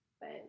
But-